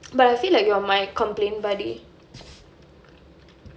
but I feel like you're my complain buddy